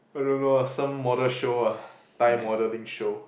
I don't know some model show ah Thai modelling show